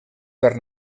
per